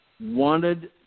Wanted